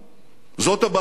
זאת הבעיה היסודית.